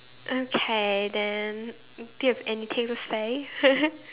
okay then do you have anything to say